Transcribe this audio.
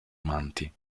amanti